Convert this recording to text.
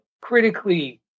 critically